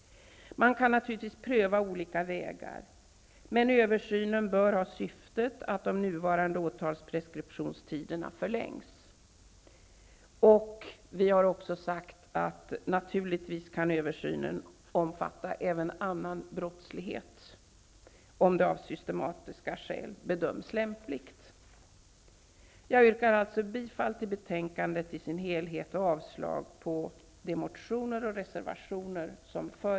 Man kan naturligtvis pröva olika vägar, men översynen bör ha syftet att de nuvarande åtalspreskriptionstiderna förlängs. Och översynen kan naturligtvis även omfatta annan brottslighet om det av systematiska skäl bedöms lämpligt. Jag yrkar alltså bifall till hemställan i betänkandet i dess helhet och avslag på samtliga motioner och reservationer.